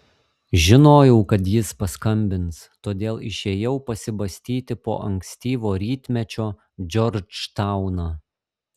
žinojau kad jis paskambins todėl išėjau pasibastyti po ankstyvo rytmečio džordžtauną